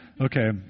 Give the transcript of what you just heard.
Okay